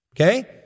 okay